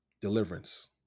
Deliverance